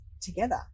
together